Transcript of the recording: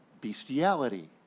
bestiality